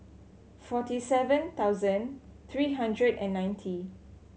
forty seven thousand three hundred and ninety